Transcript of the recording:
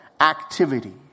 activity